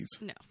No